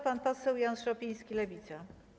Pan poseł Jan Szopiński, Lewica.